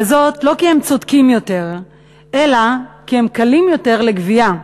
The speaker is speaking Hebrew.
וזאת לא כי הם צודקים יותר אלא כי הם קלים יותר לגבייה.